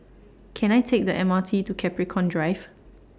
Can I Take The M R T to Capricorn Drive